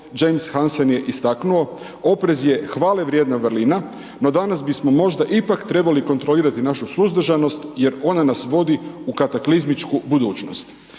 James Hansen je istaknuo: „Oprez je hvalevrijedna vrlina, no danas bismo možda ipak trebali kontrolirati našu suzdržanost jer ona nas vodi u kataklizmičku budućnost.“